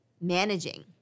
managing